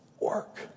Work